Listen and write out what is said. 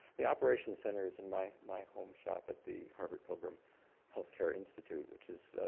the operations center is in my my home shop at the harvard-pilgrim healthcare institute which is